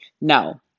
No